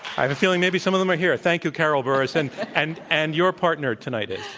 i have a feeling maybe some of them are here. thank you, carol burris. and and and your partner tonight is?